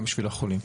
גם בשביל החולים.